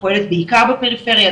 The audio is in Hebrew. פועל בעיקר בפריפריה,